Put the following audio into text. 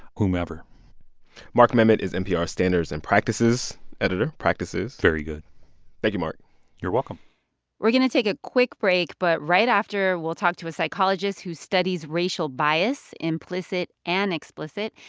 whomever mark memmott is npr's standards and practices editor practices very good thank you, mark you're welcome we're going to take a quick break. but right after, we'll talk to a psychologist who studies racial bias implicit and explicit.